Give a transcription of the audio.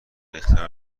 اختیار